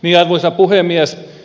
arvoisa puhemies